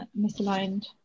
misaligned